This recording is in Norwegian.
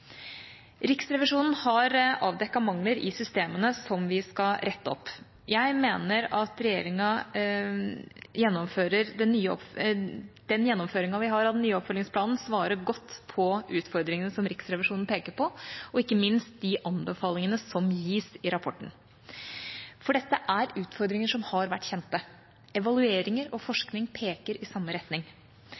Riksrevisjonen har avdekket mangler i systemene som vi skal rette opp. Jeg mener at den gjennomføringen vi har av den nye oppfølgingsplanen, svarer godt på utfordringene som Riksrevisjonen peker på, og ikke minst de anbefalingene som gis i rapporten. For dette er utfordringer som har vært kjent. Evalueringer og forskning peker i samme retning.